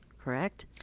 correct